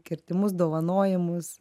kirtimus dovanojimus